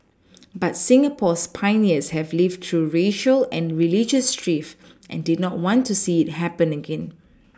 but Singapore's pioneers had lived through racial and religious strife and did not want to see it happen again